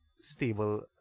stable